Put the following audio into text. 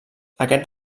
aquest